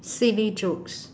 silly jokes